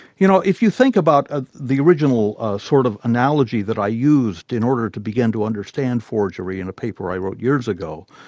you know, if you think about ah the original sort of analogy that i used in order to begin to understand forgery in a paper i wrote years ago,